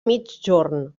migjorn